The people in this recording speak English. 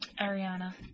Ariana